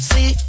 See